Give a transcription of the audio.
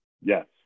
Yes